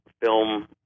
film